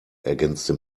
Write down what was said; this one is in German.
ergänzte